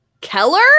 Keller